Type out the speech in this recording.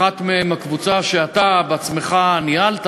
אחת מהן היא הקבוצה שאתה בעצמך ניהלת